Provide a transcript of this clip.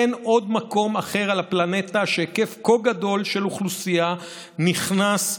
אין עוד מקום אחר על הפלנטה שבו היקף כה גדול של אוכלוסייה נכנס לבידוד.